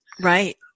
Right